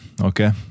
okay